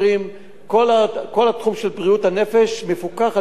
כל התחום של בריאות הנפש מפוקח על-ידי משרד הבריאות,